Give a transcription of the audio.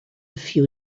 few